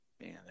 man